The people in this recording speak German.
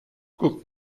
guck